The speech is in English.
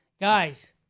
guys